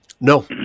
No